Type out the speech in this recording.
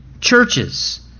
churches